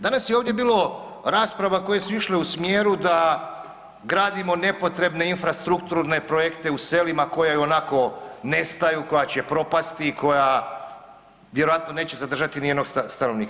Danas je ovdje bilo rasprava koje su išle u smjeru da gradimo nepotrebne infrastrukturne projekte u selima koja ionako nestaju, koja će propasti, koja vjerojatno neće zadržati ni jednog stanovnika.